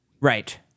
Right